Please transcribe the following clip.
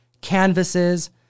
canvases